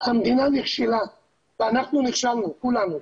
המדינה נכשלה ואנחנו נכשלנו כולנו.